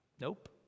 Nope